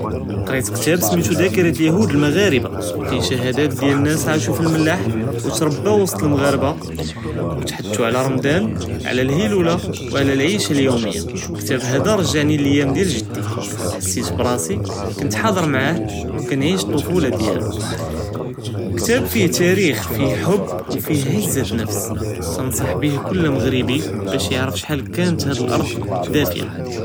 קרית כתאב סמיתו דאכרה ליהוד למגרבה פיה שחאדאת דיאל נאס עשו פי למלאח ו תרבאו ווסט למגרבה ו תהדרתו עלא רמדאן עלא להילולה ו עלא לעישה ליומיה, לכתאב האדא רזעני ליאם דיאל ג׳די חסית בראסי כנת חאצ׳ר מעאה ו כנעיש לטפולה דיאלו, כתאב פיה תאריח פיה חוב ו פיה עזת נפס תנצח פיה כל מג׳ראבי באש יע׳רף שחל כאנת האד לארד דאפיה.